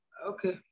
Okay